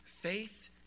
faith